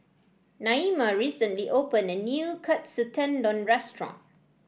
Naima recently open a new Katsu Tendon Restaurant